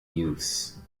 use